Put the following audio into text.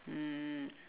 mm